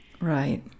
Right